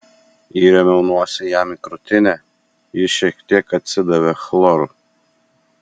įrėmiau nosį jam į krūtinę ji šiek tiek atsidavė chloru